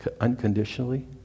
unconditionally